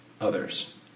others